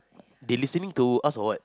they listening to us or what